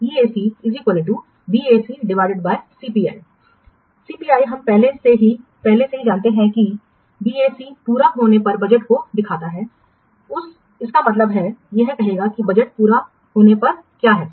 EAC BACCPI CPI हम पहले से ही पहले से ही जानते हैं और बीएसी पूरा होने पर बजट को दिखाता है उस इसका मतलब है यह कहेगा कि बजट पूरा होने पर क्या है